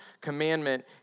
commandment